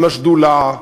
עם השדולה,